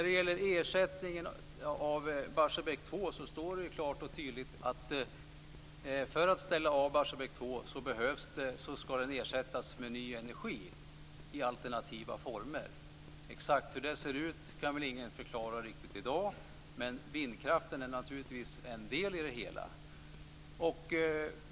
Det står klart och tydligt att för att man ska kunna ställa av Barsebäck 2 ska det ersättas med ny energi i alternativa former. Exakt hur det ser ut kan väl ingen förklara riktigt i dag, men vindkraften är en del i det hela.